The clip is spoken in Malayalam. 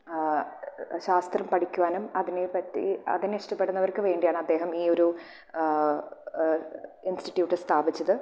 ശാസ്ത്രം പഠിക്കുവാനും അതിനെപ്പറ്റി അതിനെ ഇഷ്ടപെടുന്നവർക്കുവേണ്ടിയാണ് അദ്ദേഹം ഈ ഒരു ഇൻസ്റ്റിറ്റ്യൂട്ട് സ്ഥാപിച്ചത്